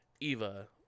Eva